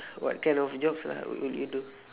what kind of jobs lah what would you do